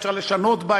אפשר לשנות בה,